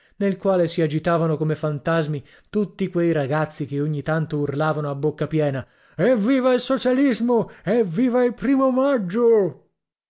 nel quale si agitavano come fantasmi tutti quei ragazzi che ogni tanto urlavano a bocca piena evviva il socialismo evviva il primo maggio